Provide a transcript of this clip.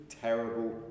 terrible